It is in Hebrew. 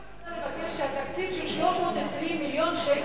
אני רק רוצה לבקש שהתקציב של 320 מיליון שקל,